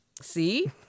See